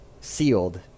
sealed